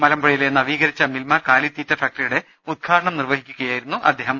മലമ്പുഴയി ലെ നവീകരിച്ച മിൽമ കാലിത്തീറ്റ ഫാക്ടറിയുടെ ഉദ്ഘാടനം നിർവ്വഹിക്കു കയായിരുന്നു മന്ത്രി